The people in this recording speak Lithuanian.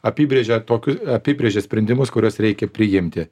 apibrėžia tokiu apibrėžia sprendimus kuriuos reikia priimti